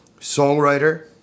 songwriter